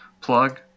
plug